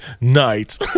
night